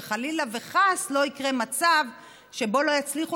שחלילה וחס לא יקרה מצב שבו לא יצליחו